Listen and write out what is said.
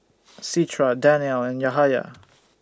Citra Danial and Yahaya